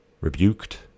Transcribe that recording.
rebuked